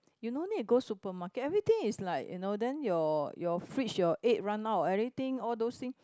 you no need to go supermarket everything is like you know then your your fridge your egg run out all everything all those thing